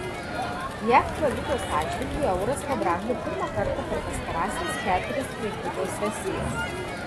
jav valiutos atžvilgiu euras pabrango pirmą kartą per pastarąsias keturias prekybos sesijas